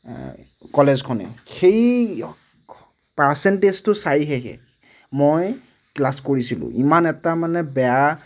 কলেজখনে সেই পাৰ্চেন্টেজতো চাইহে মই ক্লাছ কৰিছিলোঁ ইমান এটা মানে বেয়া